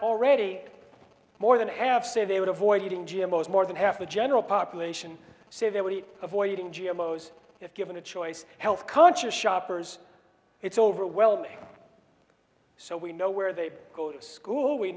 already more than half say they would avoid eating g m owes more than half the general population say they would eat avoiding g m o's if given a choice health conscious shoppers it's overwhelming so we know where they go to school we